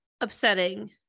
upsetting